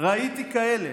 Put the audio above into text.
ראיתי כאלה